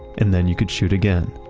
and then you could shoot again.